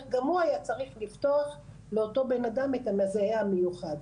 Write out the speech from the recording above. גם הוא היה צריך לכתוב לאותו בנאדם את המזהה המיוחד.